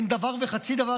אין דבר וחצי דבר,